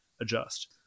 adjust